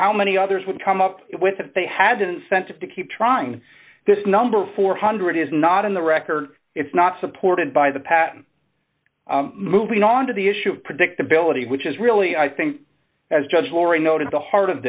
how many others would come up with if they had an incentive to keep trying this number four hundred is not in the record it's not supported by the patent moving on to the issue of predictability which is really i think as judge laurie noted the heart of